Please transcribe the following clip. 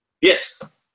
Yes